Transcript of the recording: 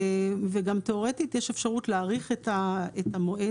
וגם תיאורטית יש אפשרות להאריך את המועד